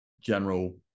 General